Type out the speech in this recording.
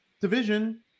division